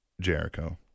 Jericho